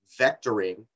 vectoring